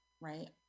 right